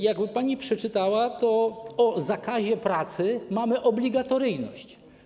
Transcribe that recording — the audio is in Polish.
Jakby pani przeczytała to o zakazie pracy, mamy obligatoryjność.